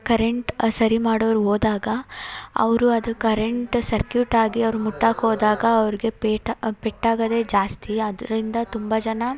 current ಸರಿ ಮಾಡೋರು ಹೋದಾಗ ಅವರು ಅದು ಕರೆಂಟ್ ಸರ್ಕ್ಯೂಟ್ ಆಗಿ ಅವ್ರು ಮುಟ್ಟಕ್ಕೆ ಹೋದಾಗ ಅವ್ರ್ಗೆ ಪೇಟಾ ಪೆಟ್ಟಾಗದೆ ಜಾಸ್ತಿ ಅದರಿಂದ ತುಂಬ ಜನ